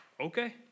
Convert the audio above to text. okay